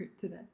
today